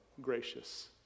gracious